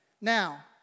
Now